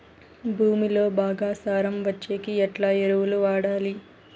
భూమిలో బాగా సారం వచ్చేకి ఎట్లా ఎరువులు వాడాలి?